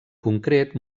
concret